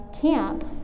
camp